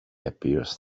appears